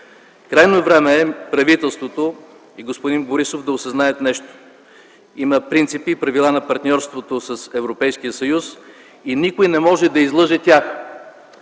Крайно време е правителството и господин Борисов да осъзнаят нещо – има принципи и правила на партньорството с Европейския съюз и никой не може да ги излъже.